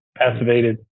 passivated